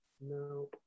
no